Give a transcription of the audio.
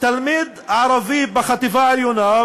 תלמיד ערבי בחטיבה העליונה,